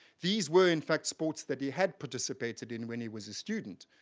these were in fact sports that he had participated in when he was a student.